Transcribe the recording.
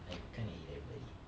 I kind of hate everybody